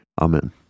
Amen